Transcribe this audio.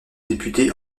député